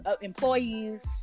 employees